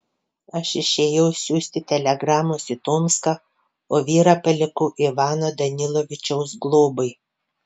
aš išėjau siųsti telegramos į tomską o vyrą palikau ivano danilovičiaus globai